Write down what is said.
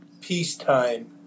peacetime